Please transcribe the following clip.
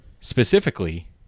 specifically